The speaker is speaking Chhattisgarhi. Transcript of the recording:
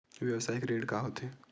व्यवसायिक ऋण का होथे?